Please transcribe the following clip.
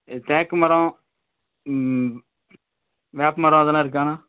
இது தேக்கு மரம் வேப்ப மரம் அதெல்லாம் இருக்காண்ணா